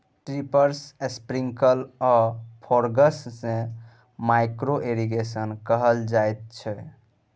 drippers, sprinkle आ foggers सँ micro irrigation कहल जाइत छै